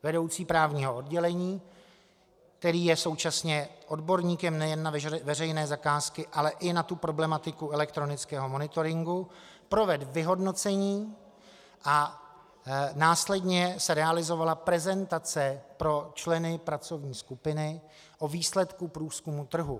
Vedoucí právního oddělení, který je současně odborníkem nejen na veřejné zakázky, ale i na problematiku elektronického monitoringu, provedl vyhodnocení a následně se realizovala prezentace pro členy pracovní skupiny o výsledku průzkumu trhu.